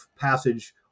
passage